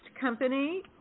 company